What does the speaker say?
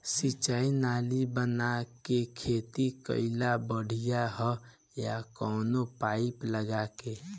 सिंचाई नाली बना के खेती कईल बढ़िया ह या कवनो पाइप लगा के?